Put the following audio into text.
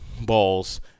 balls